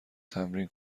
تمرین